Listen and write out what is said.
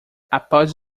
após